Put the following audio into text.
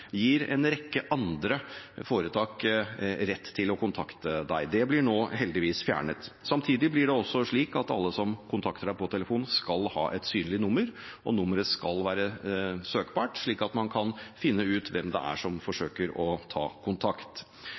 gir en rekke andre foretak rett til å kontakte seg. Det blir nå heldigvis fjernet. Samtidig blir det også slik at alle som kontakter en på telefon, skal ha et synlig nummer, og nummeret skal være søkbart, slik at man kan finne ut hvem det er som forsøker å ta kontakt.